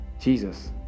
Jesus